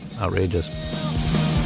outrageous